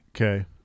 Okay